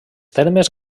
termes